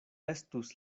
estus